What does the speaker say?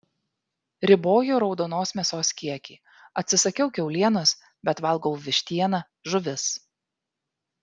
riboju raudonos mėsos kiekį atsisakiau kiaulienos bet valgau vištieną žuvis